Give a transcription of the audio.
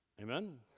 Amen